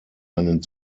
einen